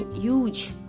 huge